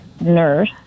nurse